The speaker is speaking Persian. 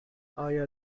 آیا